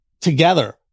together